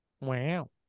Wow